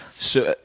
so,